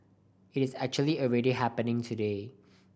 it's actually already happening today